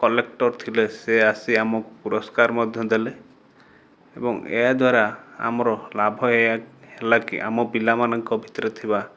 collector ଥିଲେ ସେ ଆସି ଆମକୁ ପୁରସ୍କାର ମଧ୍ୟ ଦେଲେ ଏବଂ ଏହାଦ୍ୱାରା ଆମର ଲାଭ ଏଇଆ ହେଲା କି ଆମ ପିଲାମାନଙ୍କ ଭିତରେ ଥିବା